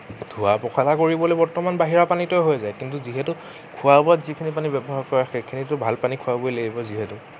ধোৱা পখলা কৰিবলৈ বৰ্তমান বাহিৰা পানী দিয়েই হৈ যায় কিন্তু যিহেতু খোৱা বোৱাত যিখিনি পানী ব্যৱহাৰ কৰা হয় সেইখিনিটো ভাল পানী খোৱাবই লাগিব যিহেতু